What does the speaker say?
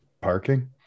Parking